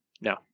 No